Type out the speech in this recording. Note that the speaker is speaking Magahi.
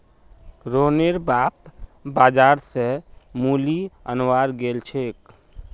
रोहनेर बाप बाजार स मूली अनवार गेल छेक